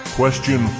question